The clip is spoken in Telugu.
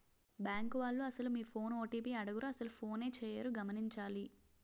బ్యాంకు వాళ్లు అసలు మీ ఫోన్ ఓ.టి.పి అడగరు అసలు ఫోనే చేయరు గమనించాలి